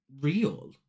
real